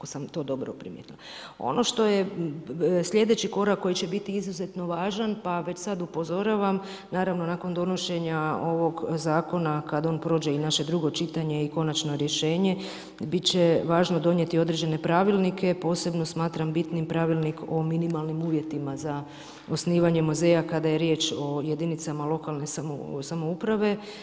Ono što je sljedeći korak koji će biti izuzetno važan pa već sad upozoravam, naravno nakon donošenja ovog zakona, kad on prođe i naše drugo čitanje i konačno rješenje, biti će važno donijeti određene pravilnike, posebno smatram bitnim Pravilnik o minimalnim uvjetima za osnivanje muzeja kada je riječ o jedinicama lokalne samouprave.